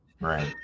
Right